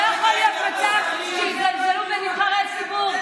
לא יכול להיות מצב שיזלזלו בנבחרי ציבור.